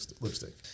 lipstick